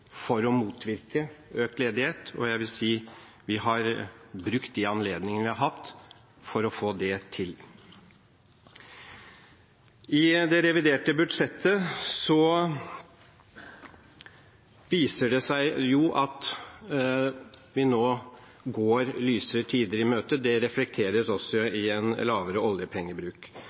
for å motvirke økt ledighet. Jeg vil si vi har brukt de anledningene vi har hatt, for å få det til. I det reviderte budsjettet viser det seg at vi nå går lysere tider i møte. Det reflekteres også i en lavere oljepengebruk.